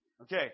Okay